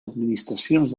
administracions